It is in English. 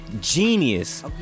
genius